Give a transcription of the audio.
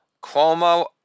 Cuomo